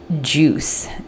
juice